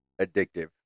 addictive